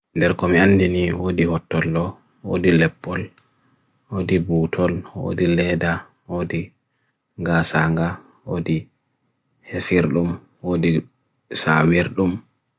Lekom yandini hudi hotor lo, hudi leppol, hudi butol, hudi leda, hudi gasanga, hudi hefirlum, hudi savirlum.